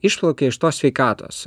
išplaukia iš tos sveikatos